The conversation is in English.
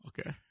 Okay